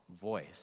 voice